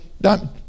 done